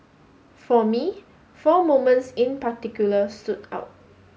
for me four moments in particular stood out